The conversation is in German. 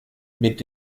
mit